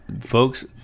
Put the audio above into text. Folks